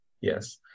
Yes